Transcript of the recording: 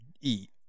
eat